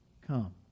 come